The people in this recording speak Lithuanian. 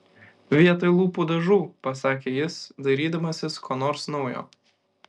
vietoj lūpų dažų pasakė jis dairydamasis ko nors naujo